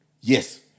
Yes